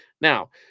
Now